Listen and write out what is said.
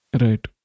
Right